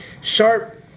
Sharp